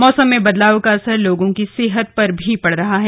मौसम में बदलाव का असर लोगों की सेहत पर भी पड़ रहा है